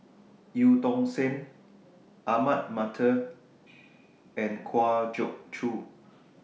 EU Tong Sen Ahmad Mattar and Kwa Geok Choo